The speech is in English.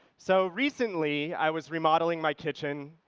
so recently, i was remodelling my kitchen.